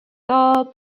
though